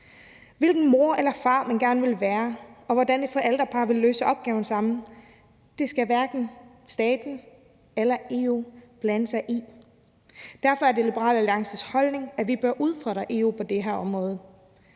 Hvilken mor eller far man gerne vil være, og hvordan et forældrepar vil løse opgaven sammen, skal hverken staten eller EU blande sig i. Derfor er det Liberal Alliances holdning, at vi bør udfordre EU på det her område.